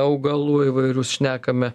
augalų įvairius šnekame